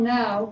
now